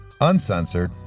uncensored